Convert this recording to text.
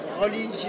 religieux